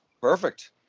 Perfect